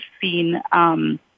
seen